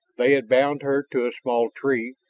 they had bound her to a small tree,